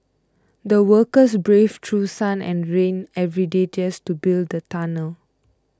the workers braved through sun and rain every day just to build the tunnel